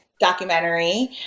documentary